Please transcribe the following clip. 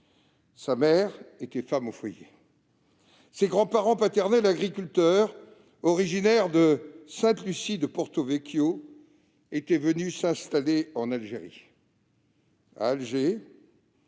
sa mère était femme au foyer. Ses grands-parents paternels, agriculteurs originaires de Sainte-Lucie-de-Porto-Vecchio, étaient venus s'installer en Algérie. À Alger,